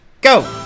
Go